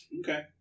Okay